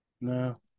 No